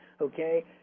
okay